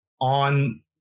on